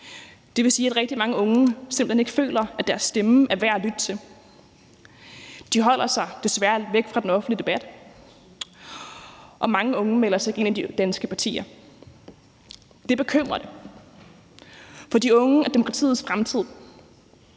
Det vil sige, at rigtig mange unge simpelt hen ikke føler, at deres stemme er værd at lytte til. De holder sig desværre lidt væk fra den offentlige debat, og mange unge melder sig ikke ind i de danske partier. Det er bekymrende, for de unge er demokratiets fremtid.